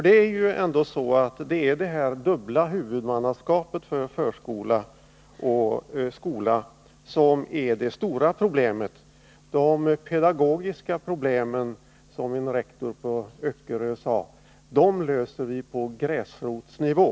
Det är ju det dubbla huvudmannaskapet för förskola och skola som är det stora problemet. De pedagogiska problemen löses —som en rektor på Öckerö sade — på gräsrotsnivå.